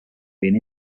being